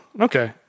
Okay